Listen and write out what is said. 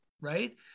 right